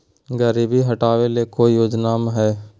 गरीबी हटबे ले कोई योजनामा हय?